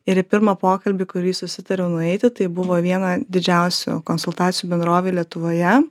ir į pirmą pokalbį kurį susitariau nueiti tai buvo viena didžiausių konsultacijų bendrovė lietuvoje